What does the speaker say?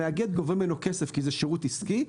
המאגד גובה ממנו כסף כי זה שירות עסקי.